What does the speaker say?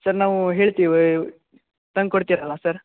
sir ನಾವು ಹೇಳ್ತಿವಿ ತಂದ್ಕೊಡ್ತೀರಲ್ಲ ಸರ್